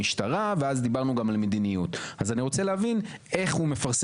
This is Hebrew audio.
ואני טוען שיש ברירה.